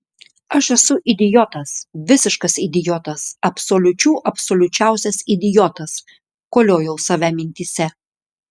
aš esu idiotas visiškas idiotas absoliučių absoliučiausias idiotas koliojau save mintyse